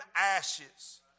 ashes